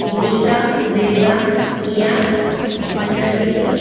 Indica Brezza Kia Honda city